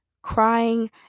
crying